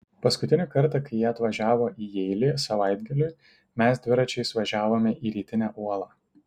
paskutinį kartą kai ji atvažiavo į jeilį savaitgaliui mes dviračiais važiavome į rytinę uolą